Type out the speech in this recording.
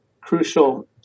crucial